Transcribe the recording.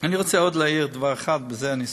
אני רוצה עוד להעיר דבר אחד, ובזה אני אסיים.